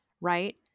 right